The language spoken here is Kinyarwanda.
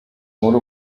muri